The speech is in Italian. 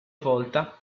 volta